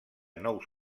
nous